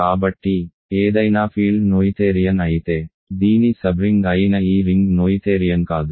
కాబట్టి ఏదైనా field Noetherian అయితే దీని సబ్రింగ్ అయిన ఈ రింగ్ నోయిథేరియన్ కాదు